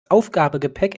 aufgabegepäck